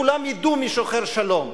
וכולם ידעו מי שוחר שלום,